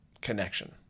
connection